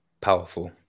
powerful